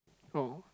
no